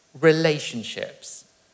relationships